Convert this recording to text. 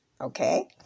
Okay